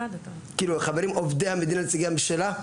עובדי המדינה נציגי הממשלה?